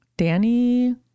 Danny